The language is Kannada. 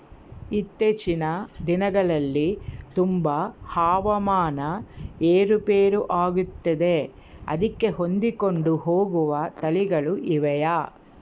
ಇತ್ತೇಚಿನ ದಿನಗಳಲ್ಲಿ ತುಂಬಾ ಹವಾಮಾನ ಏರು ಪೇರು ಆಗುತ್ತಿದೆ ಅದಕ್ಕೆ ಹೊಂದಿಕೊಂಡು ಹೋಗುವ ತಳಿಗಳು ಇವೆಯಾ?